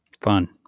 Fun